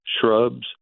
shrubs